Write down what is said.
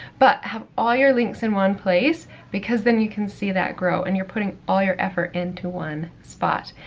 but have all your links in one place because then you can see that grow, and you're putting all your effort into one spot.